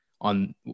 on